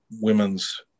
women's